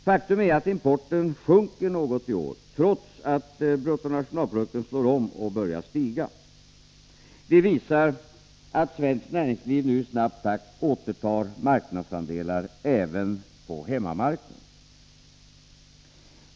Faktum är att importen sjunker något i år, trots att bruttonationalprodukten slår om och börjar stiga. Det visar att svenskt näringsliv nu i snabb takt återtar marknadsandelar även på hemmamarknaden.